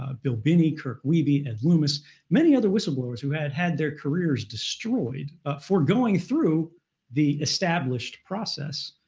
ah bill binney, kirk wiebe, ed loomis many other whistleblowers who had had their careers destroyed for going through the established process.